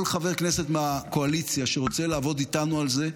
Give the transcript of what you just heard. כל חבר כנסת מהקואליציה שרוצה לעבוד איתנו על זה,